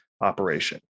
operation